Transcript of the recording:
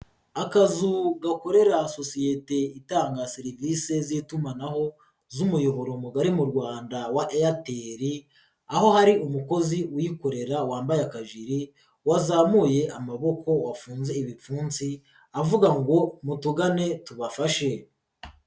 Akazu gakorera sosiyete itanga serivisi z'itumanaho, z'umuyoboro mugari mu Rwanda wa Airtel, aho hari umukozi uyikorera wambaye akajiri, wazamuye amaboko, wafunze ibipfunsi, avuga ngo mutugane tubafashe.